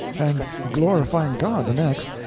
and glorifying god the next,